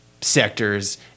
sectors